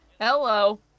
Hello